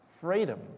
freedom